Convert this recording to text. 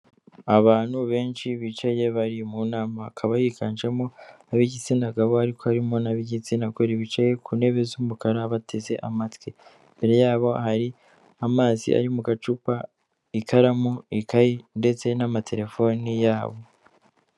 Abantu benshi bicaye bari mu nama akaba higanjemo ab'igitsina gabo ariko harimo n'ab'igitsinagore bicaye ku ntebe z'umukara bateze amatwi imbere yabo hari amazi ari mu gacupa, ikaramu, ikayi ndetse n'amatelefoni yabo.